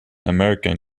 american